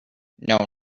know